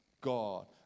God